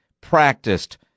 practiced